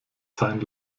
sein